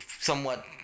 somewhat